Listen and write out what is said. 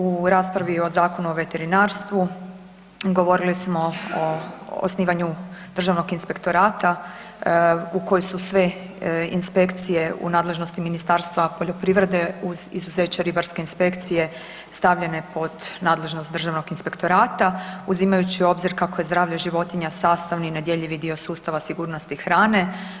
U raspravi o Zakonu o veterinarstvu govorili smo o osnivanju Državnog inspektorata u kojem su sve inspekcije u nadležnosti Ministarstva poljoprivrede uz izuzeće ribarske inspekcije stavljene pod nadležnost Državnog inspektorata, uzimajući u obzir kako je zdravlje životinja sastavni i nedjeljivi dio sustava sigurnosti hrane.